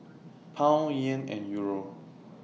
Pound Yen and Euro